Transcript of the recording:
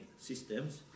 systems